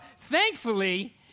thankfully